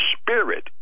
Spirit